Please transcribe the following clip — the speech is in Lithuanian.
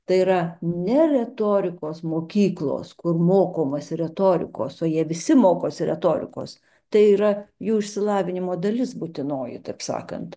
tai yra ne retorikos mokyklos kur mokomasi retorikos o jie visi mokosi retorikos tai yra jų išsilavinimo dalis būtinoji taip sakant